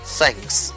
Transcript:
THANKS